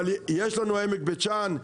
יש לנו את עמק בית שאן,